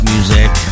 Music